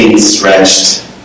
Stretched